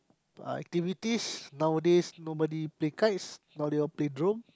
activities nowadays nobody play kites now they all play drone